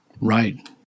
Right